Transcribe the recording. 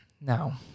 Now